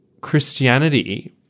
Christianity